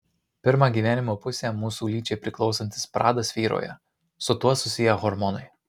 pirmą gyvenimo pusę mūsų lyčiai priklausantis pradas vyrauja su tuo susiję hormonai